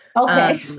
Okay